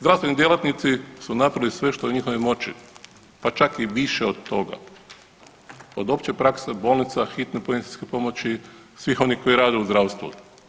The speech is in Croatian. Zdravstveni djelatnici su napravili sve što je u njihovoj moći, pa čak i više od toga, od opće prakse, bolnica, hitne medicinske pomoći, svih onih koji rade u zdravstvu.